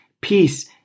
peace